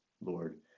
Lord